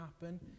happen